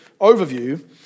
overview